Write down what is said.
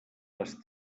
les